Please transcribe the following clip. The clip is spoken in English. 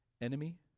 Enemy